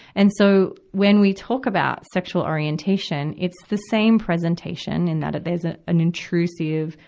and so, when we talk about sexual orientation, it's this same presentation, in that there's an an intrusive,